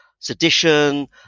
Sedition